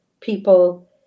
people